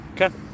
okay